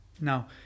Now